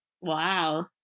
Wow